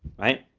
right,